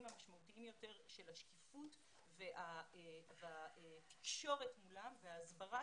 המשמעותיים יותר של השקיפות והתקשורת מולם וההסברה